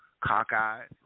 cockeyed